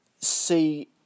see